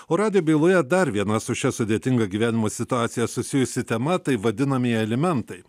o radijo byloje dar viena su šia sudėtinga gyvenimo situacija susijusi tema tai vadinami alimentai